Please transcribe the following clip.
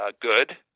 good